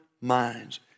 minds